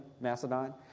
Macedon